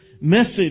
message